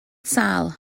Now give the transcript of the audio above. sâl